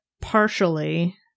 partially